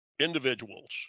individuals